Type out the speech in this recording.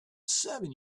seven